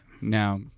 Now –